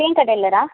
Priyanka டைலரா